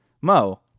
Mo